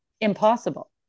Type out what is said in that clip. impossible